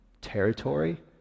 territory